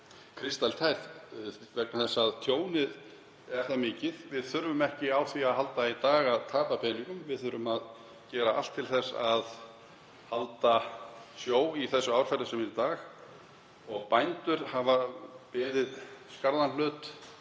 skýrt vegna þess að tjónið er það mikið. Við þurfum ekki á því að halda í dag að tapa peningum. Við þurfum að gera allt til að halda sjó í því árferði sem er í dag og bændur hafa borið skarðan hlut